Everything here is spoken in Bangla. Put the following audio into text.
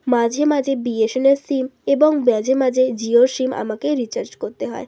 মাঝে মাঝে বিএসএনএলের সিম এবং মাঝে মাঝে জিওর সিম আমাকেই রিচার্জ করতে হয়